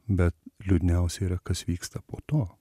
bet liūdniausia yra kas vyksta po to